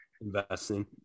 investing